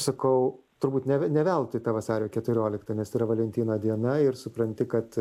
sakau turbūt ne ne veltui ta vasario keturiolikta nes yra valentino diena ir supranti kad